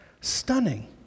Stunning